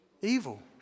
evil